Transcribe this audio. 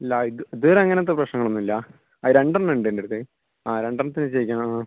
ഇല്ല ഇത് ഇത് വരെ അങ്ങനത്ത പ്രശ്നങ്ങൾ ഒന്നും ഇല്ല അത് രണ്ട് എണ്ണം ഉണ്ട് എൻ്റ അടുത്ത് ആ രണ്ട് എണ്ണത്തിനെ ചെയ്യിക്കണം